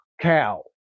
cow